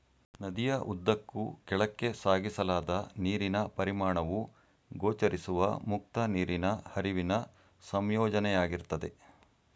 ನದಿಯ ಉದ್ದಕ್ಕೂ ಕೆಳಕ್ಕೆ ಸಾಗಿಸಲಾದ ನೀರಿನ ಪರಿಮಾಣವು ಗೋಚರಿಸುವ ಮುಕ್ತ ನೀರಿನ ಹರಿವಿನ ಸಂಯೋಜನೆಯಾಗಿರ್ತದೆ